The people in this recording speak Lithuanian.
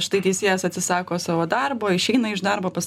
štai teisėjas atsisako savo darbo išeina iš darbo pas